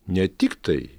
ne tiktai